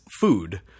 food